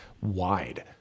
wide